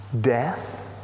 Death